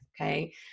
okay